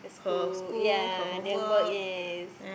school yea then work yes